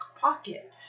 pocket